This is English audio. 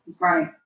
Right